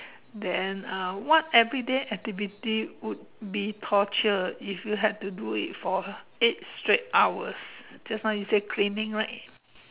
then uh what everyday activity would be torture if you had to do it for eight straight hours just now you said cleaning right